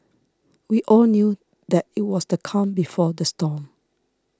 we all knew that it was the calm before the storm